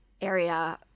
area